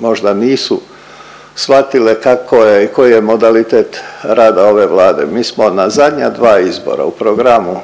možda nisu svatile kako je i koji je modalitet rada ove Vlade. Mi smo na zadnja dva izbora u programu